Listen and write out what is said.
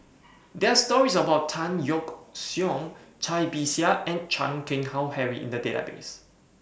There Are stories about Tan Yeok Seong Cai Bixia and Chan Keng Howe Harry in The Database